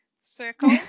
circle